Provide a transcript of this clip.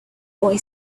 boy